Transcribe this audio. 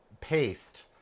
paste